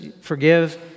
forgive